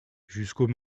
jusqu’au